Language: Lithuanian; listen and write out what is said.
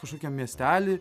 kažkokiam miestely